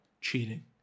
cheating